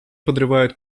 подрывают